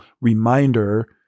reminder